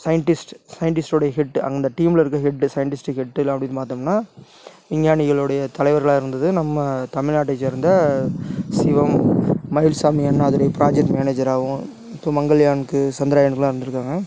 scientist சயின்டிஸ்ட்டோடய head அந்த டீமில் இருக்கற ஹெட் சயின்டிஸ்ட் ஹெட்டெலாம் அப்படி பார்த்தம்னா விஞ்ஞானிகளோடய தலைவராக இருந்தது நம்ம தமிழ்நாட்டைச் சேர்ந்த சிவம் மயில்சாமி அண்ணாதுரை ப்ராஜெக்ட் மேனேஜராகவும் மங்கள்யானுக்கு சந்திரயானுக்குலாம் இருந்திருக்காங்க